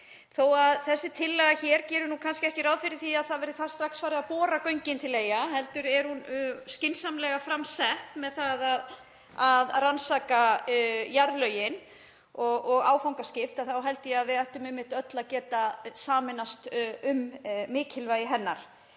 Þó að þessi tillaga hér geri kannski ekki ráð fyrir því að það verði strax farið að bora göng til Eyja, heldur er hún skynsamlega fram sett með að rannsaka jarðlögin og áfangaskipta því, þá held ég að við ættum öll að geta sameinast um mikilvægi hennar.